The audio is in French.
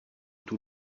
tout